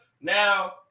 Now